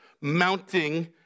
mounting